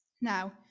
Now